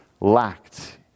lacked